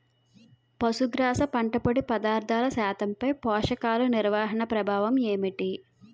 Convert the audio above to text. పశుగ్రాస పంట పొడి పదార్థాల శాతంపై పోషకాలు నిర్వహణ ప్రభావం ఏమిటి?